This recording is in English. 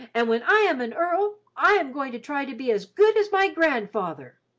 and when i am an earl, i am going to try to be as good as my grandfather.